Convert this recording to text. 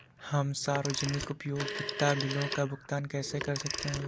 हम सार्वजनिक उपयोगिता बिलों का भुगतान कैसे कर सकते हैं?